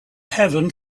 heaven